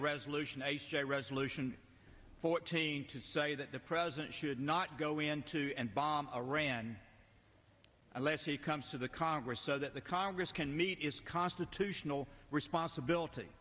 a resolution a resolution fourteen to say that the president should not go into and bomb iran unless he comes to the congress so that the congress can meet its constitutional responsibility